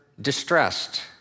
distressed